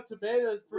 tomatoes